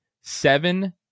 seven